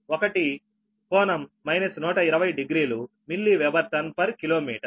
25 1∟ 1200 milli weber turn per kilometre